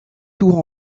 tours